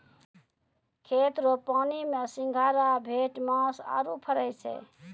खेत रो पानी मे सिंघारा, भेटमास आरु फरै छै